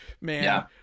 man